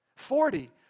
Forty